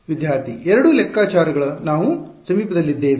ವಿದ್ಯಾರ್ಥಿ ಎರಡೂ ಲೆಕ್ಕಾಚಾರಗಳ ನಾವು ಬದಿಯಲ್ಲಿದ್ದೇವೆಸಮೀಪದಲ್ಲಿದ್ದೇವೆ